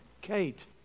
Kate